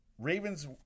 Ravens